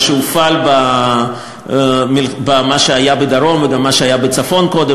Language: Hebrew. מה שהופעל במה שהיה בדרום וגם במה שהיה בצפון קודם,